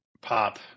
pop